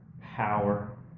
power